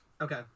Okay